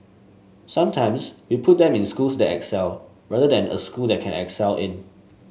sometimes we put them in schools that excel rather than a school that can excel in